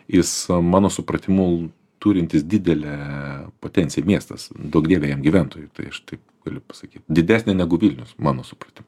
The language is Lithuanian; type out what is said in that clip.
jis mano supratimu turintis didelę potenciją miestas duok dieve jam gyventojų tai aš tai galiu pasakyt didesnė negu vilnius mano supratimu